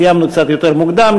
סיימנו קצת יותר מוקדם,